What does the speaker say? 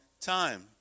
time